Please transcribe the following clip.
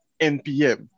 NPM